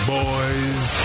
boys